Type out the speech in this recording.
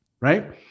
right